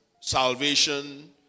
salvation